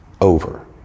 over